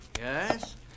Yes